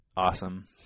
awesome